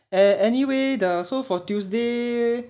a~ anyway so the tuesday